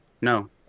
No